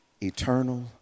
eternal